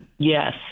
Yes